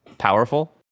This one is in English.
powerful